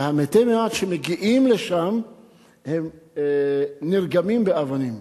ומתי המעט שמגיעים לשם נרגמים באבנים.